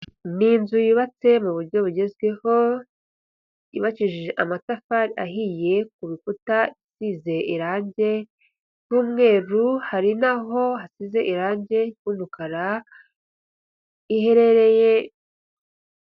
Ni inzu yubatse mu buryo bugezweho, yubakishije amatafari ahiye, ku rukuta isize irangi ry'umweru, hari n'aho hasize irangi ry'umukara, iherereye.